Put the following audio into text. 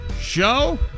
show